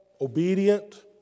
obedient